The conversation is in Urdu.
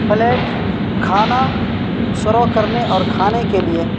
پلیٹھ کھانا سرو کرنے اور کھانے کے لیے